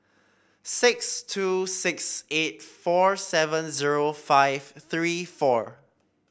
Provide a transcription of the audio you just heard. six two six eight four seven zero five three four